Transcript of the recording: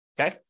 okay